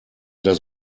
das